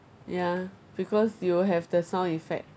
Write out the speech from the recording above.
ya because you will have the sound effect